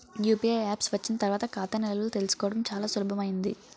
UPI apps వచ్చిన తర్వాత ఖాతా నిల్వలు తెలుసుకోవడం చాలా సులభమైంది